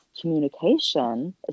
communication